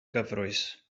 gyfrwys